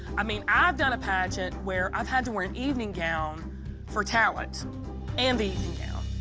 i mean, i've done a pageant where i've had to wear an evening gown for talent and evening gown.